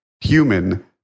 human